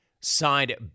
Signed